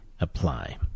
apply